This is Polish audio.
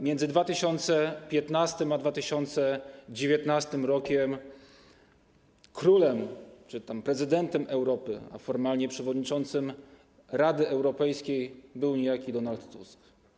Między 2015 a 2019 r. królem czy prezydentem Europy, a formalnie przewodniczącym Rady Europejskiej, był niejaki Donald Tusk.